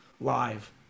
live